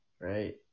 right